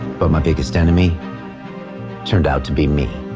but my biggest enemy turned out to be me.